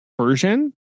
version